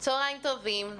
צוהריים טובים.